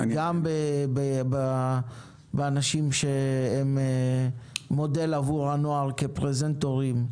גם אנשים שהם מודל לנוער כפרזנטורים.